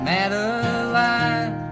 Madeline